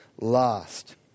last